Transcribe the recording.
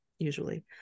usually